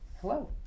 Hello